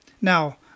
Now